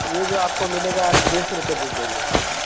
یہ جو آپ کو ملے گا آپ ڈیڑھ سو روپے دے دیں گے